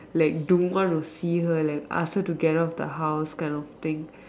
like don't want to see her ask her to get out of the house kind of thing